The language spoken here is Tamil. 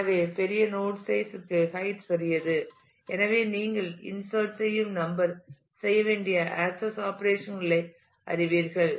எனவே பெரிய நோட் சைஸ் க்கு ஹைட் சிறியது எனவே நீங்கள் இன்சர்ட் செய்யும் நம்பர் செய்ய வேண்டிய ஆக்சஸ் ஆப்பரேஷன் களை அறிவீர்கள்